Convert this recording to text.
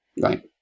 Right